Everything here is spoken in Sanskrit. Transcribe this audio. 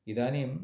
इदानीं